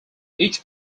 each